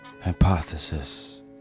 Hypothesis